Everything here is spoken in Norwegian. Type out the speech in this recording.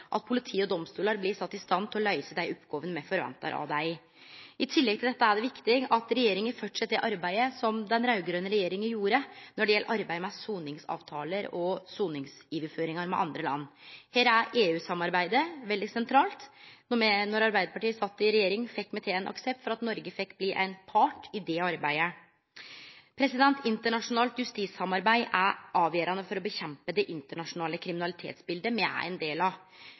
at politi og domstolar blir sette i stand til å løyse dei oppgåvene me forventar av dei. I tillegg til dette er det viktig at regjeringa fortset det arbeidet som den raud-grøne regjeringa gjorde når det gjeld soningsavtalar og soningsoverføringar med andre land. Her er EU-samarbeidet veldig sentralt. Då Arbeidarpartiet sat i regjering, fekk vi aksept for at Noreg blei part i det arbeidet. Internasjonalt justissamarbeid er avgjerande for å bekjempe det internasjonale kriminalitetsbildet me er ein del av.